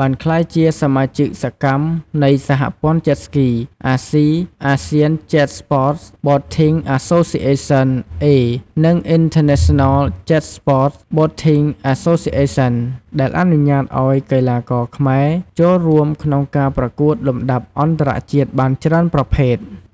បានក្លាយជាសមាជិកសកម្មនៃសហព័ន្ធ Jet Ski អាស៊ី Asian Jet Sports Boating Association A និង International Jet Sports Boating Association ដែលអនុញ្ញាតឲ្យកីឡាករខ្មែរចូលរួមក្នុងការប្រកួតលំដាប់អន្តរជាតិបានច្រើនប្រភេទ។